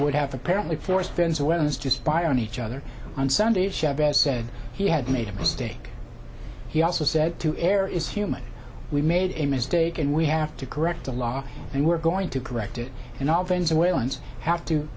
would have apparently forced fans weapons to spy on each other on sunday chavez said he had made a mistake he also said to err is human we made a mistake and we have to correct the law and we're going to correct it and all venezuelans have to